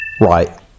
Right